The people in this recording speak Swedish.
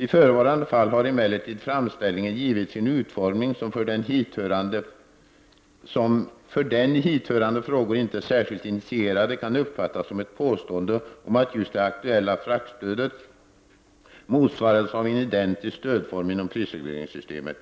I förevarande fall har emellertid framställningarna givits en utformning, som för den i hithörande frågor inte särskilt initierade kan uppfattas som ett påstående om att just det aktuella fraktstödet motsvarades av en identisk stödform inom prisregleringssystemet.